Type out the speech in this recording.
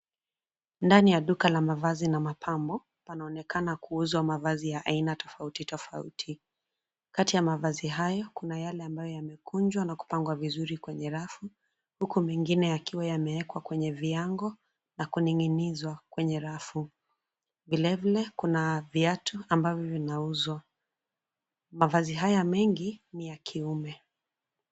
Ndani ya duka la mavazi na mapambo, panaonekana kuuzwa mavazi ya aina tofauti tofauti. Kati ya mavazi hayo, kuna yale ambayo yamekunjwa na kupangwa vizuri kwenye rafu, huku mengine yamewekwa kwenye viango na kuning'inizwa kwenye rafu. Vilevile, kuna viatu ambazo zinauzwa. Mavazi haya mengi ni ya kiume.